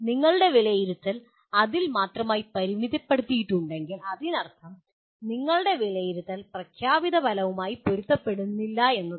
നിങ്ങളുടെ വിലയിരുത്തൽ അതിൽ മാത്രമായി പരിമിതപ്പെടുത്തിയിട്ടുണ്ടെങ്കിൽ അതിനർത്ഥം നിങ്ങളുടെ വിലയിരുത്തൽ പ്രഖ്യാപിത ഫലവുമായി പൊരുത്തപ്പെടുന്നില്ല എന്നാണ്